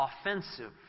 offensive